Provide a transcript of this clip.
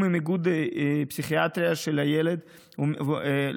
עם איגוד הפסיכיאטריה של הילד והמתבגר,